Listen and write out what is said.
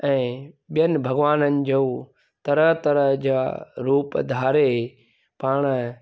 ऐं ॿियनि भॻवान जो तरह तरह जा रूप धारे पाण